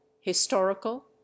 historical